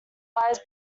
lies